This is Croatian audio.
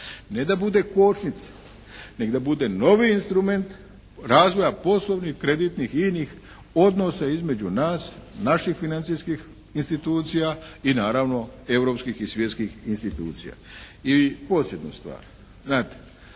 ne da bude kočnica, nego da bude novi instrument razvoja poslovnih, kreditnih, inih odnosa između nas, naših financijskih institucija i naravno europskih i svjetskih institucija. I posljednju stvar, znate